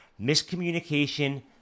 miscommunication